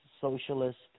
socialist